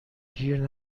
گیر